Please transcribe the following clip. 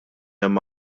hemm